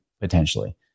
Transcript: potentially